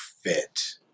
fit